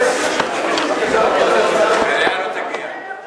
להסיר מסדר-היום את